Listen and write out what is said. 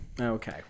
Okay